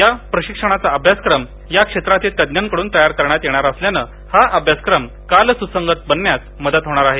या प्रशिक्षणाचा अभ्यासक्रम या क्षेञातील तज्ञांकडून तयार करण्यात येणार असल्यानं हा अभ्यासक्रम कालसुसंगत बनण्यास मदत होणार आहे